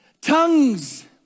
Tongues